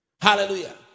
hallelujah